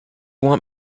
want